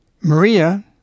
Maria